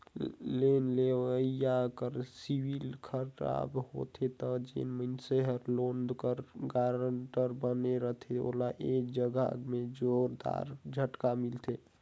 loan लेवइया कर सिविल खराब होथे ता जेन मइनसे हर लोन कर गारंटर बने रहथे ओला ए जगहा में जोरदार झटका मिलथे